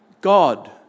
God